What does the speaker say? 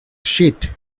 sheet